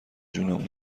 جونمون